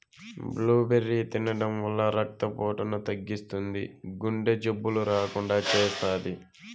blueberry తినడం వల్ల రక్త పోటును తగ్గిస్తుంది, గుండె జబ్బులు రాకుండా చేస్తాది